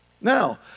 Now